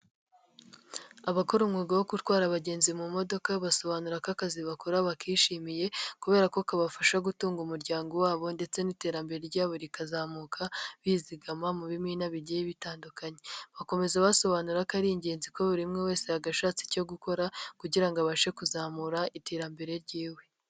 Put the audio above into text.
Abakora umwuga wo gutwara abagenzi mu modoka, basobanura ko akazi bakora bakishimiye kubera ko kabafasha gutunga umuryango wabo ndetse n'iterambere ryabo rikazamuka, bizigama mu bimina bigiye bitandukanye. Bakomeza basobanura ko ari ingenzi ko buri umwe wese yagashatse icyo gukora kugira ngo abashe kuzamura iterambere ry'iwe.